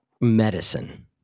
medicine